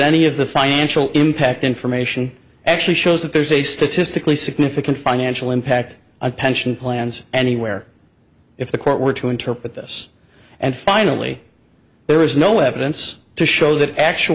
any of the financial impact information actually shows that there's a statistically significant financial impact on pension plans anywhere if the court were to interpret this and finally there is no evidence to show that actua